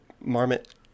marmot